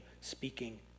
speaking